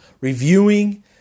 reviewing